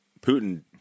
Putin